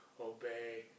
obey